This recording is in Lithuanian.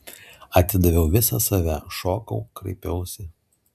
atidaviau visą save šokau kraipiausi